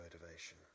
motivation